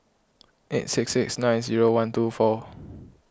eight six six nine zero one two four